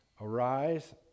Arise